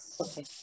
Okay